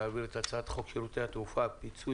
להעביר את הצעת חוק שירותי תעופה (פיצוי